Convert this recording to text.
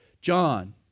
John